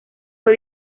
fue